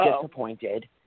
disappointed